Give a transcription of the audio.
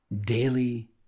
daily